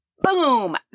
boom